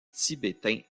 tibétain